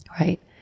right